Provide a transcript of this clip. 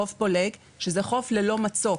חוף פולג, שזה חוף ללא מצוק.